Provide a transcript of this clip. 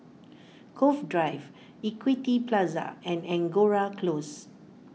Cove Drive Equity Plaza and Angora Close